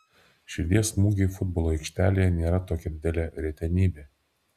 širdies smūgiai futbolo aikštėje nėra tokia didelė retenybė